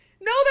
No